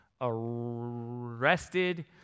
arrested